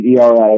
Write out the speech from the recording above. ERA